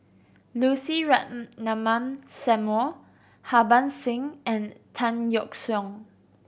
Lucy Ratnammah Samuel Harbans Singh and Tan Yeok Seong